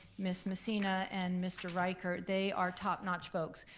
miss messina, and mr. ryker, they are top notch folks.